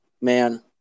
man